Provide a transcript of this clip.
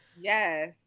Yes